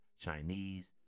Chinese